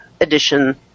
edition